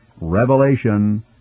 Revelation